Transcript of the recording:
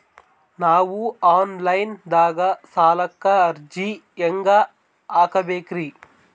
ನಾವು online ದಾಗ ಸಾಲಕ್ಕ ಅರ್ಜಿ ಹೆಂಗ ಹಾಕಬೇಕ್ರಿ?